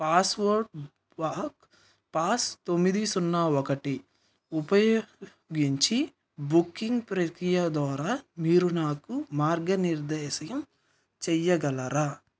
password pass తొమ్మిది సున్నా ఒకటి ఉపయోగించి బుకింగ్ ప్రక్రియ ద్వారా మీరు నాకు మార్గనిర్దేశం చెయ్యగలరా